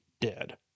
dead